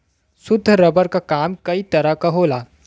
शुद्ध रबर क काम कई तरे क होला